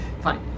Fine